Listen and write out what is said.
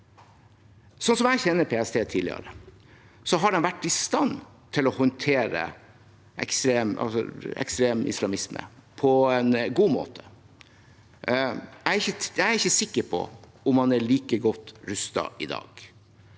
Slik jeg kjenner PST fra tidligere, har de vært i stand til å håndtere ekstrem islamisme på en god måte. Jeg er ikke sikker på om man er like godt rustet i dag,